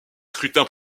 scrutin